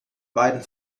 beiden